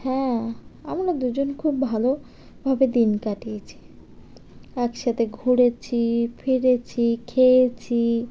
হ্যাঁ আমরা দুজন খুব ভালোভাবে দিন কাটিয়েছি একসাথে ঘুরেছি ফিরেছি খেয়েছি